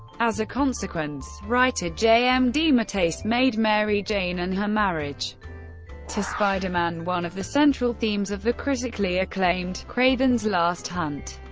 as a consequence, writer j. m. dematteis made mary jane and her marriage to spider-man one of the central themes of the critically acclaimed kraven's last hunt,